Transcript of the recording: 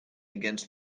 against